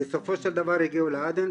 בסופו של דבר הגיעו לעדן,